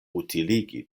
utiligi